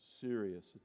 serious